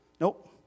Nope